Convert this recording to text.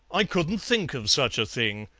i couldn't think of such a thing.